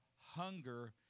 hunger